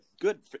good